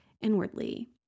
Inwardly